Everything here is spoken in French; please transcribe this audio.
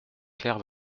clair